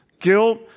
guilt